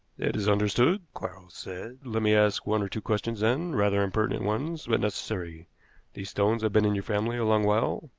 that is understood, quarles said. let me ask one or two questions, then rather impertinent ones, but necessary. these stones have been in your family a long while?